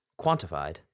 quantified